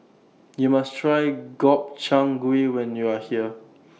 YOU must Try Gobchang Gui when YOU Are here